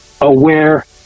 aware